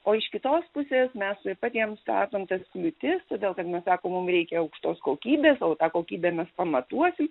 o iš kitos pusės mes tuoj pat jiem statom tas kliūtis todėl kad mes sakom mum reikia aukštos kokybės o tą kokybę mes pamatuosim